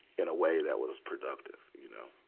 in a way that was productive, you know.